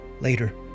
later